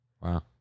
Wow